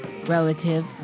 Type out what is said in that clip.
Relative